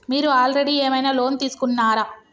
మీరు ఆల్రెడీ ఏమైనా లోన్ తీసుకున్నారా?